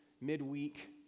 midweek